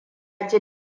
ji